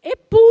Eppure,